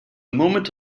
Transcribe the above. moment